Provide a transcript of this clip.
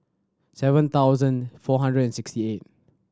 seven thousand four hundred and sixty eight